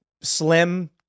slim